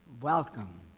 welcome